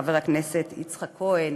ולחבר הכנסת יצחק כהן